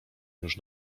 już